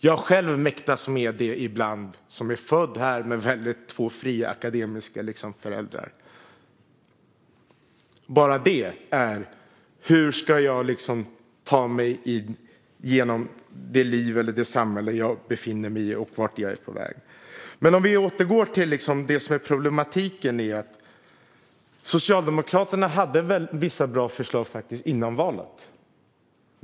Jag själv, som är född här och har två fria akademiska föräldrar, kämpar med det ibland. Man frågar sig: Hur ska jag ta mig igenom det liv och det samhälle som jag befinner mig i? Och vart är jag på väg? Jag ska återgå till problematiken. Socialdemokraterna hade vissa bra förslag före valet.